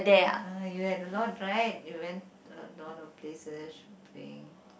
ah you had a lot right you went a lot of places shopping